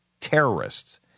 terrorists